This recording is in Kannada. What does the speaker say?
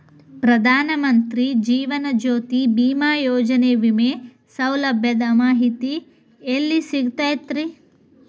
ಪ್ರಧಾನ ಮಂತ್ರಿ ಜೇವನ ಜ್ಯೋತಿ ಭೇಮಾಯೋಜನೆ ವಿಮೆ ಸೌಲಭ್ಯದ ಮಾಹಿತಿ ಎಲ್ಲಿ ಸಿಗತೈತ್ರಿ?